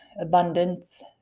abundance